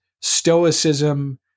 stoicism